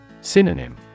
Synonym